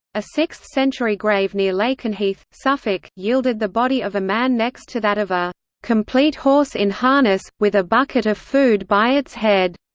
a sixth-century grave near lakenheath, suffolk, yielded the body of a man next to that of a complete horse in harness, with a bucket of food by its head.